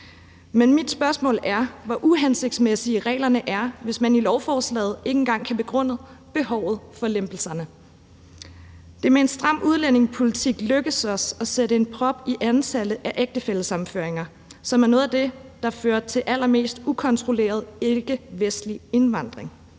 Men mit spørgsmål er, hvor uhensigtsmæssige reglerne er, hvis man i lovforslaget ikke engang kan begrunde behovet for lempelserne. Det er med en stram udlændingepolitik lykkedes os at sætte en prop i antallet af ægtefællesammenføringer, som er noget af det, der fører til allermest ukontrolleret ikkevestlig indvandring.